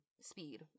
speed